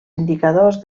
indicadors